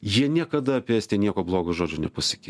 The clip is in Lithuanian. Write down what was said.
jie niekada apie estiją nieko blogo žodžio nepasakys